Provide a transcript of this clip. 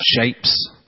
shapes